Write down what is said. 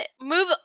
move